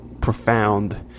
profound